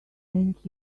thank